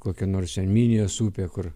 kokia nors ten minijos upė kur